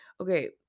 Okay